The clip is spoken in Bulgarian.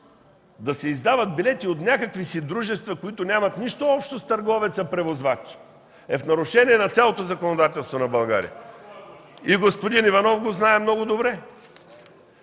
да се издават билети от някакви си дружества, които нямат нищо общо с търговеца-превозвач, са в нарушение на цялото законодателство на България. Господин Иванов го знае много добре!